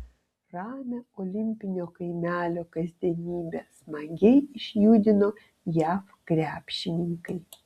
ramią olimpinio kaimelio kasdienybę smagiai išjudino jav krepšininkai